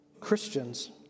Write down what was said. Christians